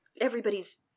Everybody's